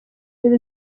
bill